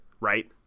right